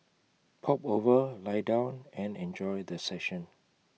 pop over lie down and enjoy the session